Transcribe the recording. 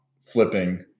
flipping